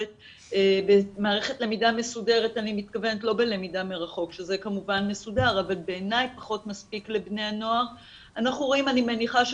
בלמידה אבל גם בטיפול כי אנחנו גם חלק מהטיפולים